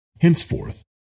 Henceforth